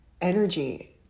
energy